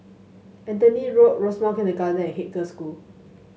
Anthony Road Rosemount Kindergarten and Haig Girls' School